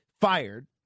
fired